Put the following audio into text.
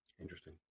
Interesting